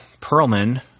Perlman